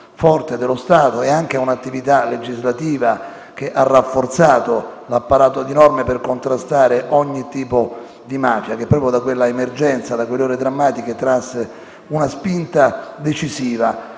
forte dello Stato e a un'attività legislativa che ha rafforzato l'apparato di norme per contrastare ogni tipo di mafia, che proprio da quell'emergenza e da quelle ore drammatiche trasse una spinta decisiva.